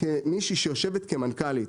כמישהי שיושבת כמנכ"לית,